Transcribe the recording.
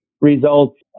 results